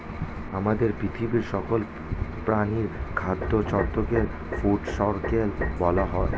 আমাদের পৃথিবীর সকল প্রাণীর খাদ্য চক্রকে ফুড সার্কেল বলা হয়